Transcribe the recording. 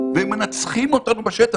והם מנצחים אותנו בשטח.